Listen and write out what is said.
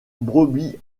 brebis